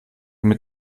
mit